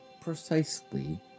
precisely